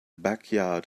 backyard